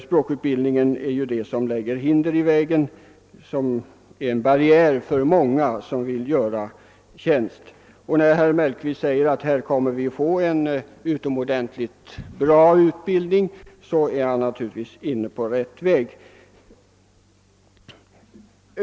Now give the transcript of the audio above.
Språksvårigheterna lägger ju hinder i vägen för många som vill tjänstgöra. Herr Mellqvist säger att vi här kommer att få en utomordentligt bra utbildning, och det vill man gärna instämma i.